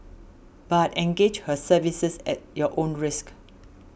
but engage her services at your own risk